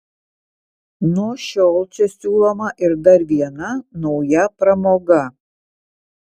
nuo šiol čia siūloma ir dar viena nauja pramoga